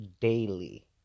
daily